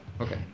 Okay